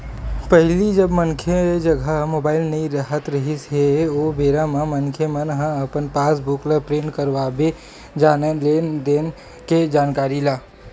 पहिली जब मनखे जघा मुबाइल नइ राहत रिहिस हे ओ बेरा म मनखे मन ह अपन पास बुक ल प्रिंट करवाबे जानय लेन देन के जानकारी ला